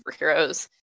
superheroes